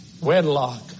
Wedlock